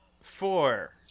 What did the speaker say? Four